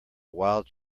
wild